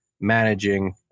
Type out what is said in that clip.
managing